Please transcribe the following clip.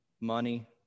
money